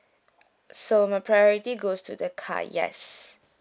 so my priority goes to the car yes